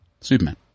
Superman